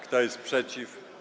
Kto jest przeciw?